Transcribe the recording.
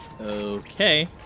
Okay